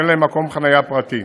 שאין להם מקום חניה פרטי.